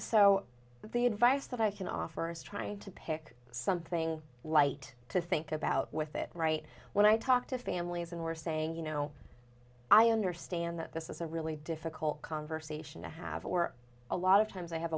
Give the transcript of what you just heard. so the advice that i can offer is trying to pick something light to think about with it right when i talk to families and were saying you know i understand that this is a really difficult conversation to have or a lot of times i have